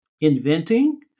inventing